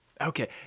Okay